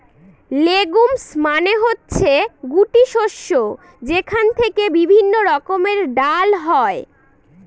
legumes মানে হচ্ছে গুটি শস্য যেখান থেকে বিভিন্ন রকমের ডাল হয়